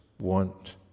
want